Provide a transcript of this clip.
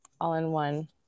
all-in-one